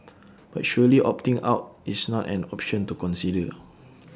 but surely opting out is not an option to consider